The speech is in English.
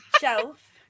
shelf